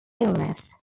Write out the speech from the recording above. illness